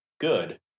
good